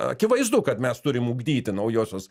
akivaizdu kad mes turim ugdyti naujosios